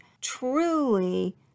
truly